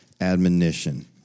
admonition